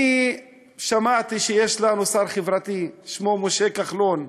אני שמעתי שיש לנו שר חברתי ששמו משה כחלון.